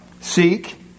Seek